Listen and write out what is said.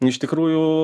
iš tikrųjų